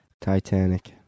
Titanic